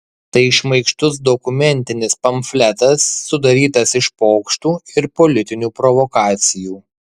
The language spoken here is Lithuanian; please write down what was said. tai šmaikštus dokumentinis pamfletas sudarytas iš pokštų ir politinių provokacijų